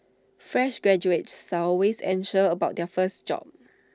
fresh graduates always anxious about their first job